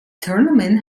tournament